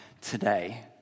today